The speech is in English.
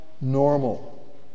normal